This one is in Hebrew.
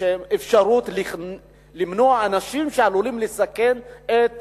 אפשרות למנוע כניסת אנשים שעלולים לסכן את